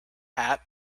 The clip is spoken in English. hat